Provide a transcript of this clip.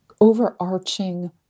overarching